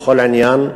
בכל עניין,